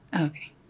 Okay